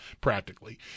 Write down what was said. practically